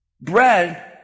Bread